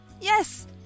Yes